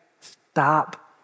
stop